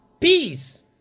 peace